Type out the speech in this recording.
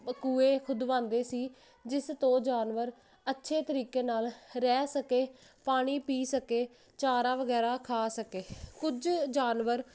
ਕੂਏ ਖੁਦਵਾਦੇ ਸੀ ਜਿਸ ਤੋਂ ਜਾਨਵਰ ਅੱਛੇ ਤਰੀਕੇ ਨਾਲ ਰਹਿ ਸਕੇ ਪਾਣੀ ਪੀ ਸਕੇ ਚਾਰਾਂ ਵਗੈਰਾ ਖਾ ਸਕੇ ਕੁਝ ਜਾਨਵਰ